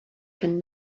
can